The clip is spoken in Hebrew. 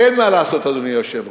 אין מה לעשות, אדוני היושב-ראש,